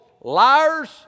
liars